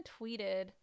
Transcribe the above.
tweeted